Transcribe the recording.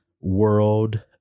world